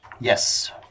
Yes